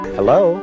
Hello